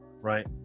right